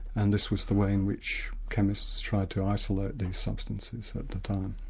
and this was the way in which chemists tried to isolate these substances at the time.